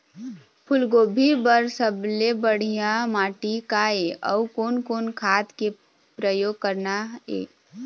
फूलगोभी बर सबले बढ़िया माटी का ये? अउ कोन कोन खाद के प्रयोग करना ये?